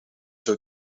her